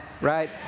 Right